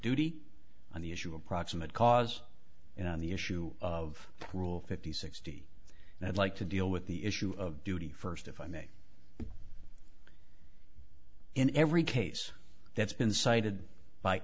duty on the issue of proximate cause and on the issue of rule fifty sixty and i'd like to deal with the issue of duty first if i make it in every case that's been cited by